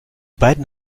beiden